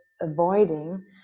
avoiding